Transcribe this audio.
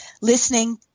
listening